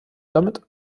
damit